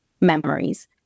memories